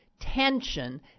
tension